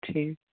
ٹھیٖک